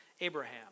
Abraham